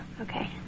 Okay